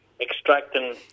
extracting